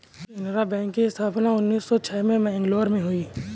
Canara bank की स्थापना उन्नीस सौ छह में मैंगलोर में हुई